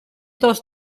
todos